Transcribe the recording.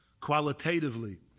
qualitatively